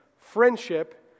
Friendship